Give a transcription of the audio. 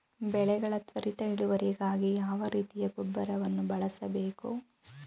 ಬೆಳೆಗಳ ತ್ವರಿತ ಇಳುವರಿಗಾಗಿ ಯಾವ ರೀತಿಯ ಗೊಬ್ಬರವನ್ನು ಬಳಸಬೇಕು?